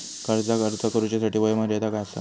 कर्जाक अर्ज करुच्यासाठी वयोमर्यादा काय आसा?